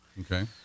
Okay